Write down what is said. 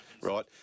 Right